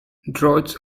droughts